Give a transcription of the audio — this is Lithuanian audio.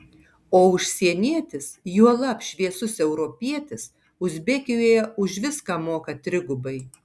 o užsienietis juolab šviesus europietis uzbekijoje už viską moka trigubai